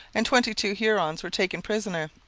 and twenty-two hurons were taken prisoner.